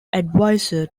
advisor